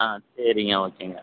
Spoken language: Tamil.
ஆ சரிங்க ஓகேங்க